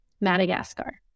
Madagascar